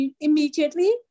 immediately